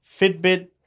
Fitbit